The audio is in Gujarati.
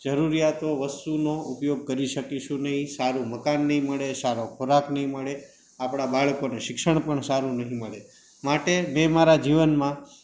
જરૂરિયાતમાં વસ્તુનો ઉપયોગ કરી શકીશું નહિ સારું મકાન નહિ મળે સારો ખોરાક નહિ મળે આપણાં બાળકોને શિક્ષણ પણ સારું નહિ મળે માટે મેં મારાં જીવનમાં